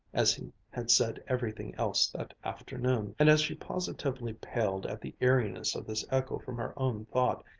as he had said everything else that afternoon and as she positively paled at the eeriness of this echo from her own thought,